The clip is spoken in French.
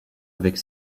avec